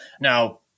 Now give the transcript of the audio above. Now